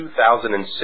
2006